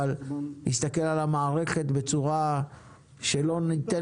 אבל צריך להסתכל על המערכת בצורה שלא ניתן